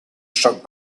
struck